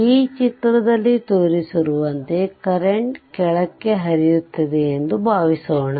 ಈ ಚಿತ್ರದಲ್ಲಿ ತೋರಿಸಿರುವಂತೆ ಕರೆಂಟ್ ಕೆಳಕ್ಕೆ ಹರಿಯುತ್ತದೆ ಎಂದು ಭಾವಿಸೋಣ